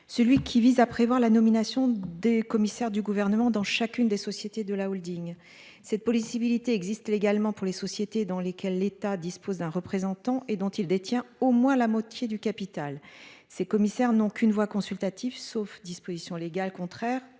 celui qui vise à prévoir la nomination des commissaires du gouvernement dans chacune des sociétés de la Holding cette police civilité existe également pour les sociétés dans lesquelles l'État dispose d'un représentant et dont il détient au moins la moitié du capital ces commissaires n'ont qu'une voix consultative sauf dispositions légales contraire